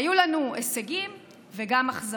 היו לנו הישגים וגם אכזבות.